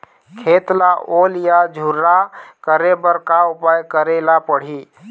खेत ला ओल या झुरा करे बर का उपाय करेला पड़ही?